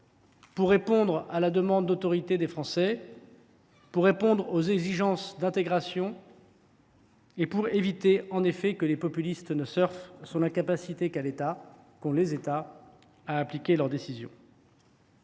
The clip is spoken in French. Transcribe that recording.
pour répondre à la demande d’autorité des Français, pour répondre aux exigences d’intégration, pour éviter que les populistes ne surfent sur l’incapacité qu’ont les États d’appliquer leurs décisions